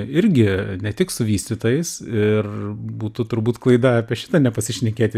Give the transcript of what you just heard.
irgi ne tik su vystytojais ir būtų turbūt klaida apie šitą nepasišnekėti